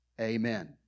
Amen